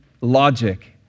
logic